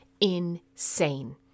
insane